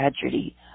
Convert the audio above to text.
tragedy